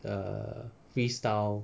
the free style